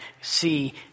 see